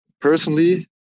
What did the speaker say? personally